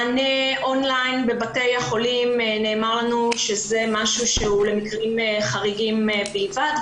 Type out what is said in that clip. נאמר לנו שמענה און-ליין בבתי החולים זה משהו שהוא למקרים חריגים בלבד,